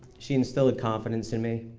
she instilled confidence in me.